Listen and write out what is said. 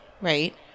right